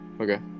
Okay